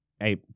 Hey